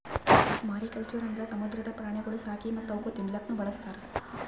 mariculture ಅಂದುರ್ ಸಮುದ್ರದ ಪ್ರಾಣಿಗೊಳ್ ಸಾಕಿ ಮತ್ತ್ ಅವುಕ್ ತಿನ್ನಲೂಕ್ ಬಳಸ್ತಾರ್